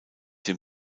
dem